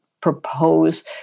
propose